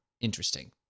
interesting